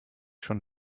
schon